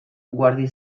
guardia